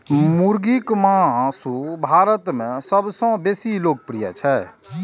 मुर्गीक मासु भारत मे सबसं बेसी लोकप्रिय छै